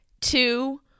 two